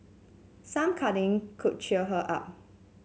some cuddling could cheer her up